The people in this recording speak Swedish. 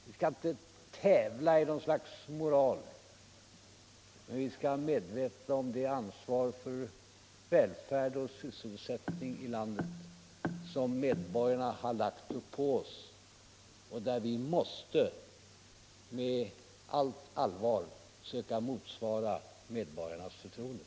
Vi skall inte tävla i något slags moral, men vi skall vara medvetna om det ansvar för välfärd och sysselsättning i landet som medborgarna har lagt uppå oss och som gör att vi med allt allvar måste försöka motsvara medborgarnas förtroende.